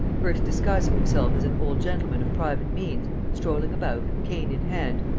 first disguising himself as an old gentleman of private means, strolling about, cane in hand,